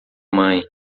mãe